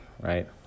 right